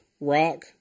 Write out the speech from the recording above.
rock